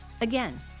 Again